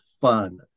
fun